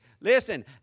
Listen